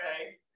okay